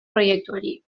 proiektuari